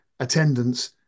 Attendance